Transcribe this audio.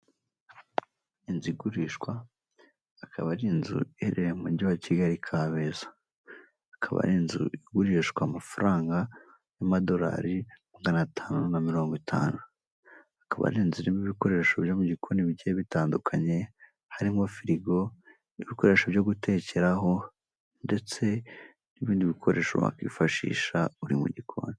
Inzu igurishwa akaba ari inzu iherereye mu mugi wa Kigali Kabeza, ikaba ari inzu igurishwa amafaranga y'amadolari magana atanu na mirongo itanu, akaba arirenze irimo ibikoresho byo mu gikoni bigiye bigiye bitandukanye harimo firigo, ibikoresho byo gutekeraho ndetse n'ibindi bikoresho wakwifashisha uri mu gikoni.